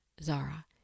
Zara